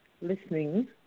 listening